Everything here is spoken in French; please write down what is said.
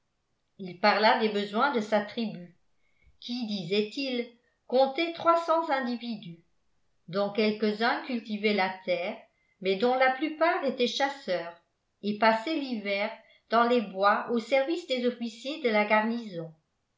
il parla des besoins de sa tribu qui disait-il comptait trois cents individus dont quelques-uns cultivaient la terre mais dont la plupart étaient chasseurs et passaient l'hiver dans les bois au service des officiers de la garnison